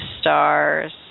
stars